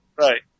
Right